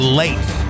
late